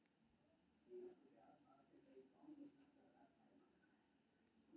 एकर बिया समुद्रक तल पर बुनल जाइ छै